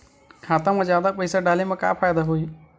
खाता मा जादा पईसा डाले मा का फ़ायदा होही?